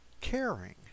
caring